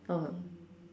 oh